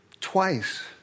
Twice